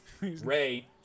Ray